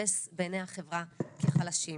שניתפס בעייני החברה כחלשים,